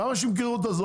למה שימכרו את הזול?